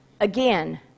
Again